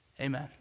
amen